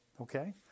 Okay